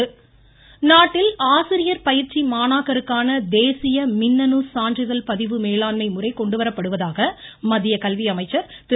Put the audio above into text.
ரமேஷ் பொக்ரியால் நாட்டில் ஆசிரியர் பயிற்சி மாணாக்கருக்கான தேசிய மின்னணு சான்றிதழ் பதிவு மேலாண்மை முறை கொண்டுவரப்படுவதாக மத்திய கல்வியமைச்சர் திரு